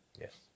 Yes